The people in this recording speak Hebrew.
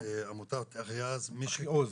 עמותת אחיעוז.